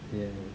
yes